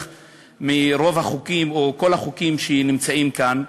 מרוב החוקים או כל החוקים שנמצאים כאן,